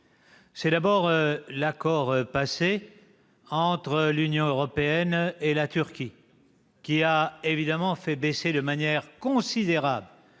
citerai d'abord l'accord conclu entre l'Union européenne et la Turquie, qui a évidemment fait baisser de manière considérable